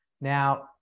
Now